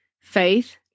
Faith